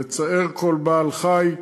"לצער כל בעל-חי,